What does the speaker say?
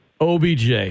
OBJ